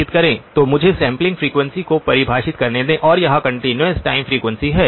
तो मुझे sampling frequency को परिभाषित करने दें और यह कंटीन्यूअस टाइम फ्रीक्वेंसी है